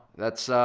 that's,